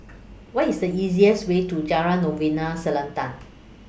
What IS The easiest Way to Jalan Novena Selatan